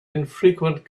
infrequent